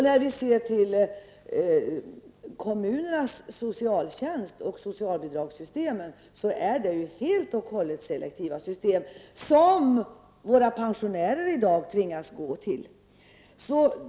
När vi ser på kommunernas socialtjänst och socialbidragsystemen, finner vi ju att det helt och hållet rör sig om selektiva system, och det är till dem som våra pensionärer i dag tvingas vända sig.